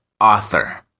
author